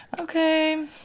Okay